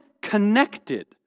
connected